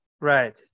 Right